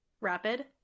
Rapid